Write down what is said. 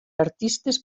artistes